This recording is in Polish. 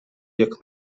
jak